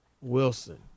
Wilson